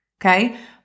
Okay